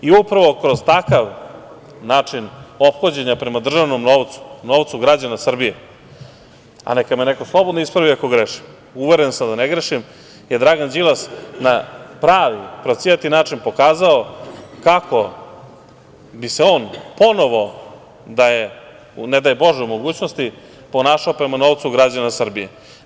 Upravo kroz takav način ophođenja prema državnom novcu, novcu građana Srbije, a neka me neko slobodno ispravi ako grešim, uveren sam da ne grešim, je Dragan Đilas na pravi pravcijati način pokazao kako bi se on ponovo da je, ne daj Bože, da je u mogućnosti ponašao prema novcu građana Srbije.